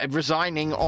resigning